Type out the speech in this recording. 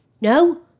No